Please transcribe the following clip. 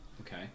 Okay